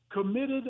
committed